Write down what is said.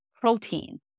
protein